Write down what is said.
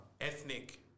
Ethnic